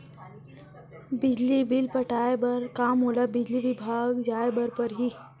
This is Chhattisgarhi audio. बिजली बिल पटाय बर का मोला बिजली विभाग जाय ल परही?